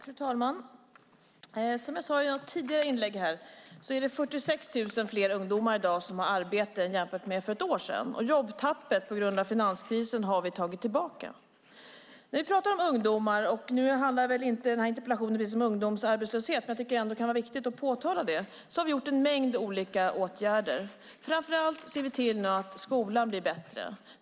Fru talman! Som jag sade i ett tidigare inlägg här är det 46 000 fler ungdomar i dag som har arbete jämfört med för ett år sedan, och jobbtappet på grund av finanskrisen har vi tagit tillbaka. Nu handlar den här interpellationen inte om ungdomsarbetslöshet, men det kan vara viktigt att påpeka att vi har vidtagit en mängd olika åtgärder. Framför allt ser vi till att skolan blir bättre.